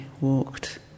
walked